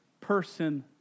person